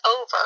over